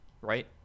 right